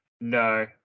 No